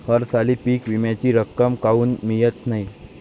हरसाली पीक विम्याची रक्कम काऊन मियत नाई?